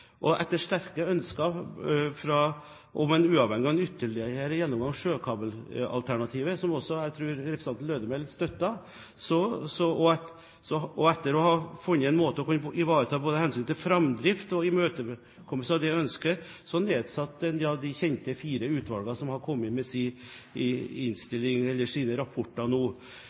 Etter et sterkt ønske om en ytterligere, uavhengig gjennomgang av sjøkabelalternativet – som jeg også tror representanten Lødemel støttet – og etter å ha funnet en måte både å ivareta hensynet til framdrift og å imøtekomme det ønsket på, nedsatte man de fire utvalgene som har kommet med sine innstillinger, eller rapporter, nå.